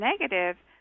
negative